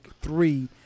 three